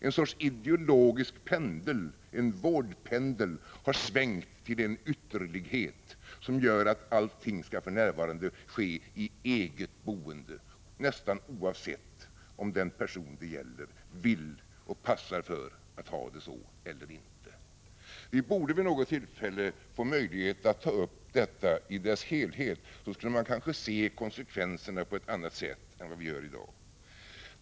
En sorts ideologisk pendel, en vårdpendel, har svängt till en ytterlighet som gör att allting för närvarande skall ske inom ramen för eget boende, nästan oavsett om den person det gäller vill och passar för att ha det så. Vi borde vid något tillfälle få möjlighet att ta upp detta i dess helhet. Då skulle man kanske se konsekvenserna på ett annat sätt än vad vi gör i dag.